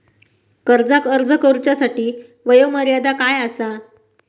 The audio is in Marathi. कर्जाक अर्ज करुच्यासाठी वयोमर्यादा काय आसा?